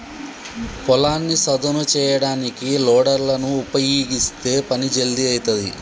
పొలాన్ని సదును చేయడానికి లోడర్ లను ఉపయీగిస్తే పని జల్దీ అయితది